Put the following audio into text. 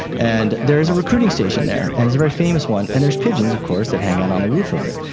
and there is a recruiting station there, and it's a very famous one, and there's pigeons of course that hang out on the roof of it.